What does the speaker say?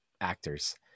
actors